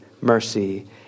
mercy